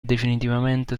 definitivamente